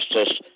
justice